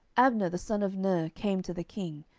abner the son of ner came to the king,